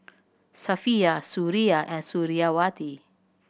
Safiya Suria and Suriawati